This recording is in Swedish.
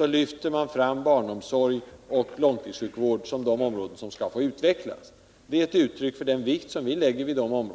lyfter man fram barnomsorg och långtidssjukvård som de verksamheter som skall få utvecklas. Det är ett uttryck för den vikt som vi lägger vid de frågorna.